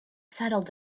settled